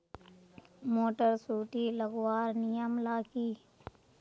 Motor सुटी लगवार नियम ला की?